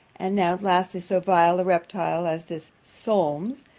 and now, lastly, so vile a reptile as this solmes,